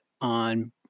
on